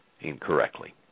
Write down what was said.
incorrectly